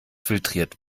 filtriert